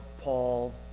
Paul